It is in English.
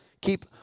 Keep